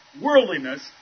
worldliness